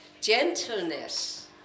gentleness